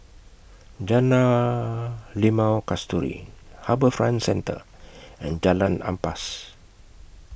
Jalan Limau Kasturi HarbourFront Centre and Jalan Ampas